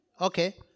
Okay